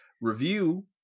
review